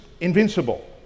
invincible